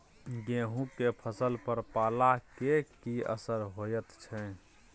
गेहूं के फसल पर पाला के की असर होयत छै?